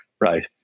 Right